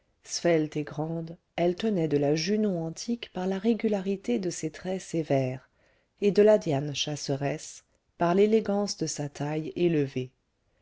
et grande elle tenait de la junon antique par la régularité de ses traits sévères et de la diane chasseresse par l'élégance de sa taille élevée